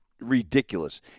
ridiculous